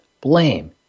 blame